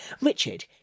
Richard